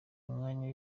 umwanya